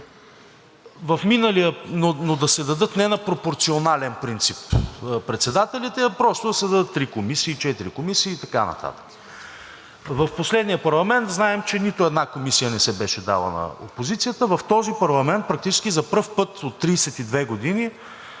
опозицията, но да се дадат не на пропорционален принцип председателите, а просто да се дадат три комисии, четири комисии и така нататък. В последния парламент знаем, че нито една комисия не беше дадена на опозицията. В този парламент практически за пръв път от 32 години